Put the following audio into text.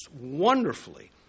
wonderfully